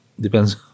depends